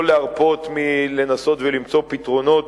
לא להרפות מלנסות ולמצוא פתרונות,